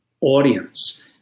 audience